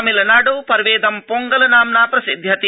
तमिलनाडौ पर्वेद पोंगल नाम्ना प्रसिद्ध्यति